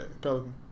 Pelican